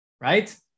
right